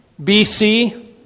BC